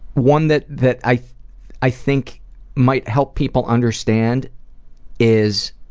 one that that i i think might help people understand is